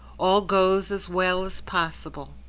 all goes as well as possible.